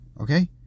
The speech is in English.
Okay